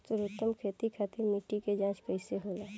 सर्वोत्तम खेती खातिर मिट्टी के जाँच कईसे होला?